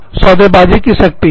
सौदेबाजी सौदाकारी की शक्ति